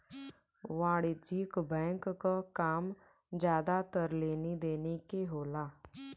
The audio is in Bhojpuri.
वाणिज्यिक बैंक क काम जादातर लेनी देनी के होला